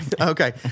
okay